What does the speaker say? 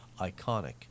iconic